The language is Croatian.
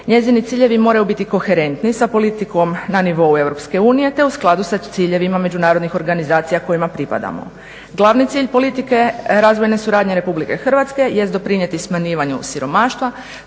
Njezini ciljevi moraju biti koherentni sa politikom na nivou EU, te u skladu sa ciljevima međunarodnih organizacija kojima pripadamo. Glavni cilj politike razvojne suradnje Republike Hrvatske jest doprinijeti smanjivanju siromaštva,